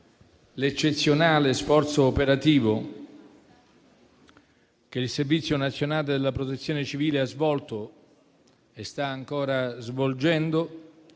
l'eccezionale sforzo operativo che il servizio nazionale della Protezione civile ha svolto e sta ancora svolgendo